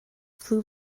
flu